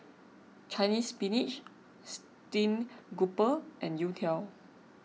Chinese Spinach Stream Grouper and Youtiao